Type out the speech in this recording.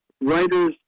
writers